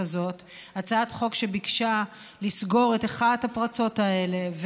הזאת הצעת חוק שביקשה לסגור את אחת הפרצות האלה,